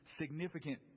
significant